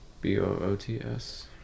B-O-O-T-S